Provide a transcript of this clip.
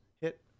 hit